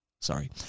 Sorry